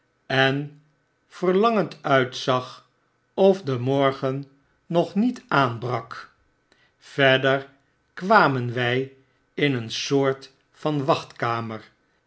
en verlangend uitzag of de morgen nog niet aanbrak verder kwamen wg in een soort van